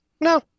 No